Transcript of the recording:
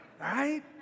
right